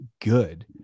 good